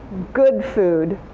good food.